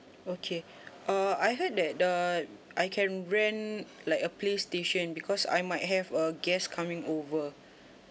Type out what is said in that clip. okay uh I heard that the I can rent like a playstation because I might have a guest coming over